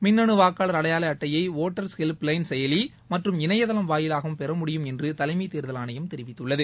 மின்னனு வாக்காளர் அடையாள அட்டையை வோட்டர்ஸ் ஹெல்ப் லைன் செயலி மற்றும் இணையதளம் வாயிலாகவும் பெற முடியும் என்று தலைமைத்தேர்தல் ஆணையம் தெரிவித்துள்ளது